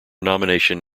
nomination